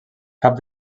cap